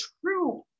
true